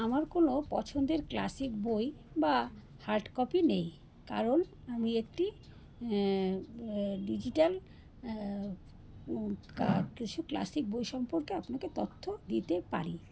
আমার কোনো পছন্দের ক্লাসিক বই বা হার্ড কপি নেই কারণ আমি একটি ডিজিটাল কিছু ক্লাসিক বই সম্পর্কে আপনাকে তথ্য দিতে পারি